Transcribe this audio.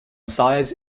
size